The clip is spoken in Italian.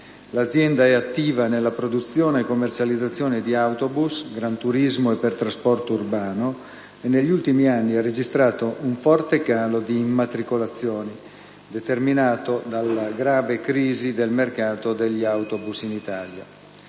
L'azienda è attiva nella produzione e commercializzazione di autobus (granturismo e per trasporto urbano), e negli ultimi anni ha registrato un forte calo di immatricolazioni, determinato dalla grave crisi del mercato degli autobus in Italia.